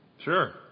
Sure